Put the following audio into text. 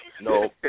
No